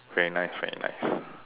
very nice very nice